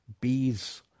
bees